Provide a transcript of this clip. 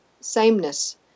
sameness